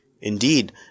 Indeed